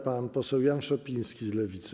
Pan poseł Jan Szopiński z Lewicy.